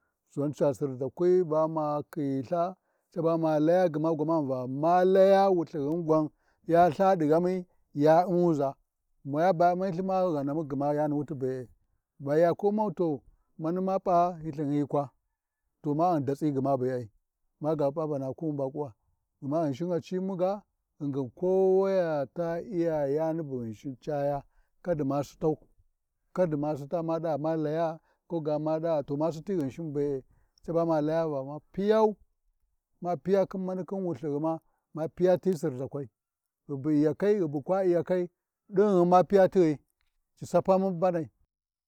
Lthin ca Sirʒakwi ba ma khiyi Ltha caba ma laya gwamana, va ma Laya Wulthinghin gwan ya Lthaɗi ghami ya U’mmuʒa, ba gma ya U’muzi ma ghani gma wuyani Wlthi bee, bayaku Umma to ma P’a, Lthin hyi kwa to ma Unn datsi gma bee, maga p’a banaku nufinu gma ba kuwa, gma ghinsin a cimuga ghingin kowaya ta Iya yani bu Ghinshin caya, kaɗi ma sithau kadi ma sitha ma ɗava ma la ya ko to ma sitti Ghinshin be-e, caba ma laya va ma Piyau ma piya mani khin Wulthughima ma piya ti Sirʒakwai, ghi bu Iyakai ghi bu kwa Iyakai, ɗinghin ma piya kighi, ci Sapamu mbanai.